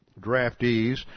draftees